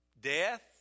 death